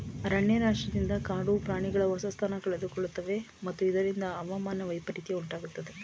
ಅರಣ್ಯನಾಶದಿಂದ ಕಾಡು ಪ್ರಾಣಿಗಳು ವಾಸಸ್ಥಾನ ಕಳೆದುಕೊಳ್ಳುತ್ತವೆ ಮತ್ತು ಇದರಿಂದ ಹವಾಮಾನ ವೈಪರಿತ್ಯ ಉಂಟಾಗುತ್ತದೆ